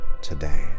today